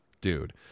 dude